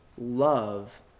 love